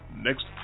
next